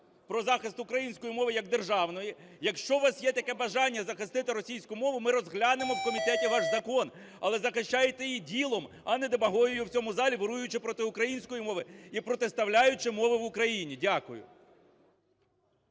про захист української мови як державної. Якщо у вас є таке бажання захистити російську мову, ми розглянемо в комітеті ваш закон, але захищайте і ділом, а не демагогією в цьому залі, вируючи проти української мови і протиставляючи мови в Україні. Дякую.